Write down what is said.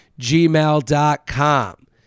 gmail.com